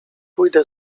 pójdę